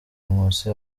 nkusi